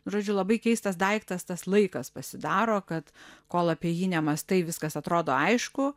žodžiu labai keistas daiktas tas laikas pasidaro kad kol apie jį nemąstai viskas atrodo aišku